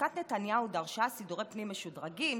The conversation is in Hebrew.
לשכת נתניהו דרשה סידורי פנים משודרגים,